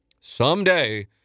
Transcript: someday